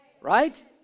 right